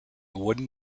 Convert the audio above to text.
wooden